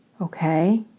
Okay